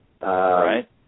Right